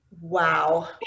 Wow